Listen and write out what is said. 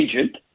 agent